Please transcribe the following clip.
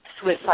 Swiss